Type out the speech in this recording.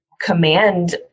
command